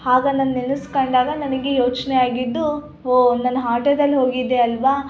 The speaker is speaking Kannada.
ಆಗ ನಾನು ನೆನೆಸ್ಕಂಡಾಗ ನನಗೆ ಯೋಚನೆ ಆಗಿದ್ದು ಓಹ್ ನಾನು ಹಾಟೋದಲ್ಲಿ ಹೋಗಿದ್ದೆ ಅಲ್ಲವಾ